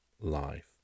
life